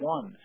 One